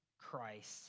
Christ